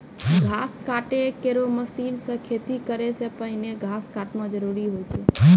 घास काटै केरो मसीन सें खेती करै सें पहिने घास काटना जरूरी होय छै?